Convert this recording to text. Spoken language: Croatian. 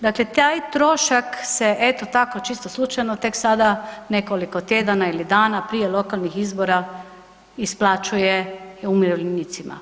Dakle, taj trošak se eto tako čisto slučajno tek sada nekoliko tjedana ili dana prije lokalnih izbora isplaćuje umirovljenicima.